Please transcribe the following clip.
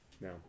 No